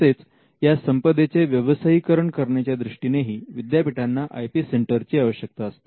तसेच या संपदेचे व्यवसायीकरण करण्याच्या दृष्टीनेही विद्यापीठांना आय पी सेंटर ची आवश्यकता असते